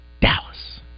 Dallas